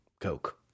coke